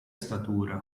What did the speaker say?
statura